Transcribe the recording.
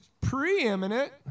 preeminent